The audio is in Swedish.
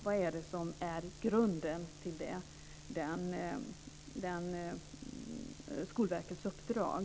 Vad är grunden till Skolverkets uppdrag?